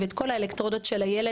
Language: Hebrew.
ואת כל האלקטרודות של הילד,